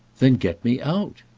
then get me out!